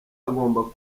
hagomba